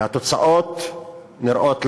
והתוצאות נראות לעין.